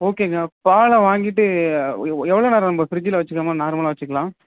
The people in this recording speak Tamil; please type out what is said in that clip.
ஓகேங்க பாலை வாங்கிவிட்டு எவ்வளோ நேரம் நம்ம ஃபிரிட்ஜில் வச்சிக்காமல் நார்மலாக வச்சிக்கலாம்